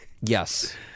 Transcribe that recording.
Yes